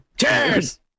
Cheers